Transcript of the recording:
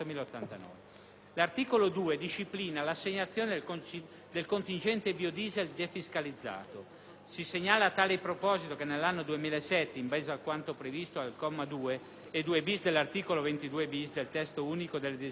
L'articolo 2 disciplina l'assegnazione del contingente biodiesel defiscalizzato. Si segnala a tale proposito che nell'anno 2007, in base a quanto previsto dai commi 2 e 2*-bis* dell'articolo 22*-bis* del Testo unico delle disposizioni